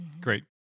Great